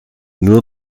nur